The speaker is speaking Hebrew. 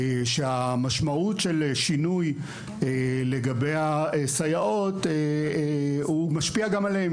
והמשמעות של שינוי לגבי הסייעות היא שהוא משפיע גם עליהם,